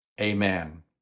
amen